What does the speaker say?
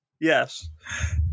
Yes